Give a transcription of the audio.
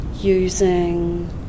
using